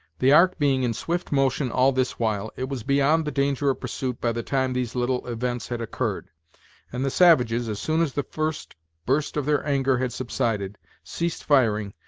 the ark being in swift motion all this while, it was beyond the danger of pursuit by the time these little events had occurred and the savages, as soon as the first burst of their anger had subsided, ceased firing,